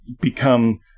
become